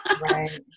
right